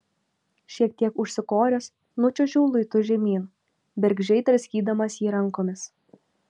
šiek tiek užsikoręs nučiuožiau luitu žemyn bergždžiai draskydamas jį rankomis